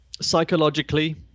psychologically